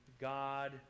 God